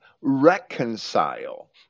reconcile